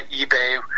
ebay